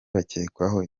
bakekwaho